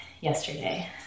yesterday